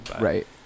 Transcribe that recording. right